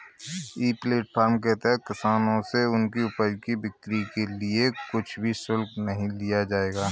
ई platform के तहत किसानों से उनकी उपज की बिक्री के लिए कुछ भी शुल्क नहीं लिया जाएगा